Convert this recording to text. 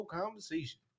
conversation